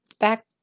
back